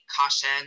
caution